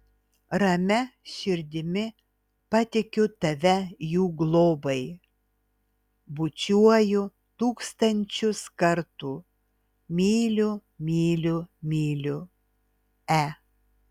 ramia širdimi patikiu tave jų globai bučiuoju tūkstančius kartų myliu myliu myliu e